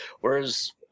whereas